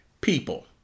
people